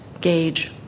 gauge